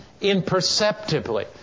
imperceptibly